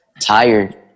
Tired